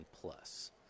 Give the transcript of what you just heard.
Plus